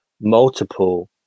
multiple